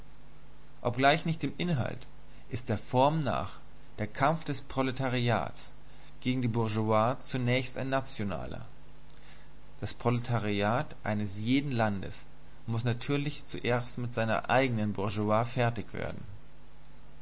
obgleich nicht dem inhalt ist der form nach der kampf des proletariats gegen die bourgeoisie zunächst ein nationaler das proletariat eines jeden landes muß natürlich zuerst mit seiner eigenen bourgeoisie fertig werden